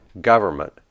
government